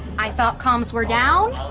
i thought comms were down?